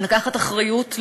לקחת אחריות לאומית,